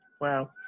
Wow